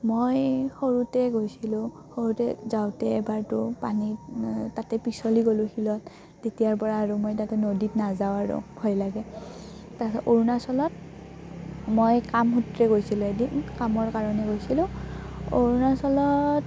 মই সৰুতে গৈছিলো সৰুতে যাওঁতে এবাৰতো পানীত তাতে পিচলি গ'লো শিলত তেতিয়াৰ পৰা আৰু মই তাতে নদীত নাযাওঁ আৰু ভয় লাগে তাৰছত অৰুণাচলত মই কাম সূত্ৰে গৈছিলো এদিন কামৰ কাৰণে গৈছিলো অৰুণাচলত